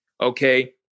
Okay